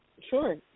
Sure